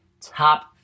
top